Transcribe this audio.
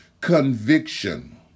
conviction